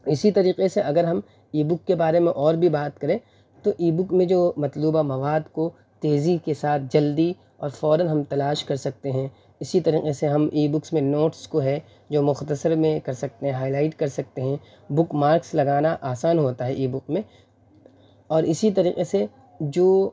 اسی طریقے سے اگر ہم ای بک کے بارے میں اور بھی بات کریں تو ای بک میں جو مطلوبہ مواد کو تیزی کے ساتھ جلدی اور فوراً ہم تلاش کر سکتے ہیں اسی طریقے سے ہم ای بکس میں نوٹس کو ہے جو مختصر میں کر سکتے ہیں ہائلائٹ کر سکتے ہیں بکمارکس لگانا آسان ہوتا ہے ای بک میں اور اسی طریقے سے جو